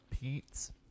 Pete's